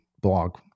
blog